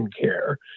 care